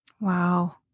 Wow